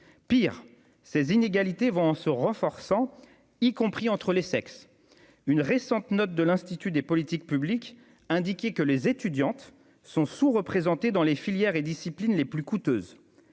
Pis, ces inégalités vont en se renforçant, y compris entre les sexes. Selon une récente note de l'Institut des politiques publiques, les étudiantes sont sous-représentées dans les filières et disciplines les plus coûteuses.